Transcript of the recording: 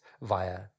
via